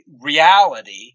reality